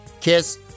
KISS